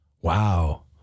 Wow